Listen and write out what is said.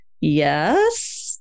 yes